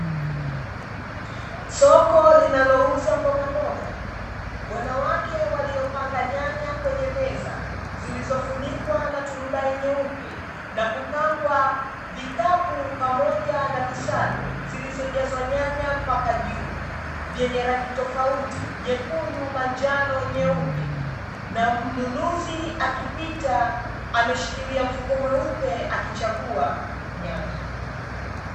Soko linalouza mbogamboga, wanawake waliopanga nyanya kwenye meza zilizofunikwa na turubali nyeupe na kupangwa vikapu pamoja na visado, zilizojazwa nyanya mpaka juu vyenye rangi tofauti nyekundu, manjano, na nyeupe na mnunuzi akipita ameshikilia mfuko mweupe akichagua nyanya.